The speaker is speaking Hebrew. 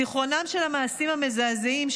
זיכרונם של המעשים המזעזעים,